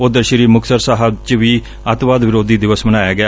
ਉਧਰ ਸ੍ਰੀ ਮੁਕਤਸਰ ਸਾਹਿਬ ਚ ਵੀ ਅਤਿਵਾਦ ਵਿਰੋਧੀ ਦਿਵਸ ਮਨਾਇਆ ਗਿਆ